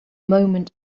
moment